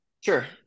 Sure